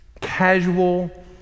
casual